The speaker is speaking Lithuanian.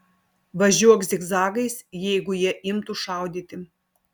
važiuok zigzagais jeigu jie imtų šaudyti